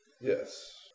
Yes